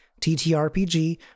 ttrpg